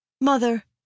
Mother